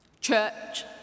Church